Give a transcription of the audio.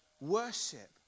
Worship